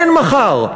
אין מחר,